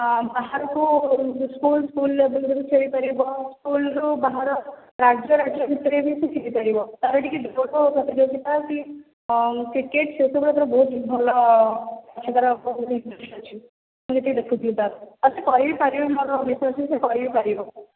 ବାହାରକୁ ସ୍କୁଲ ଫୁଲ ଯଦି କିଛି ହେଇପାରିବ ସ୍କୁଲରୁ ବାହାର ରାଜ୍ୟ ରାଜ୍ୟ ଭିତରେ ବି କିଛି ହେଇପାରିବ ତା ର ଟିକେ ଦୌଡ ପ୍ରତିଯୋଗିତା ଅଛି କ୍ରିକେଟ ସେ ସବୁର ତା ର ବହୁତ ଭଲ ଅଛି ମୁଁ ଯେତିକି ଦେଖୁଥିଲି ତା ର ଆଉ ସେ କରି ବି ପାରିବ ମୋର ବିଶ୍ୱାସ ଅଛି ସେ କରି ବି ପାରିବ